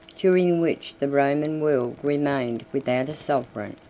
during which the roman world remained without a sovereign,